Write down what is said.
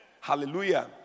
Hallelujah